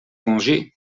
venger